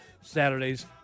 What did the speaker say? Saturdays